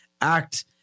act